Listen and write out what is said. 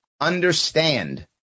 understand